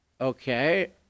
Okay